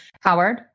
Howard